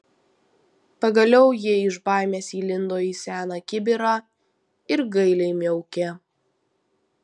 pagaliau ji iš baimės įlindo į seną kibirą ir gailiai miaukė